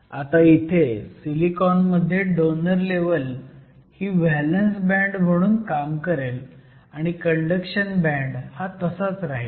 आता इथे सिलिकॉन मध्ये डोनर लेव्हल ही व्हॅलंस बँड म्हणून काम करेल आणि कंडक्शन बँड हा तसाच राहील